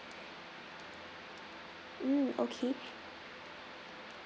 mm okay